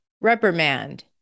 reprimand